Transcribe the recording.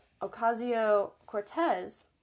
Ocasio-Cortez